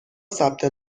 ثبت